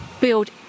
build